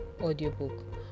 audiobook